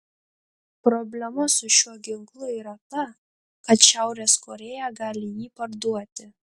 problema su šiuo ginklu yra ta kad šiaurės korėja gali jį parduoti